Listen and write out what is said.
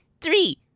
Three